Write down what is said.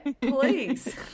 please